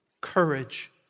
Courage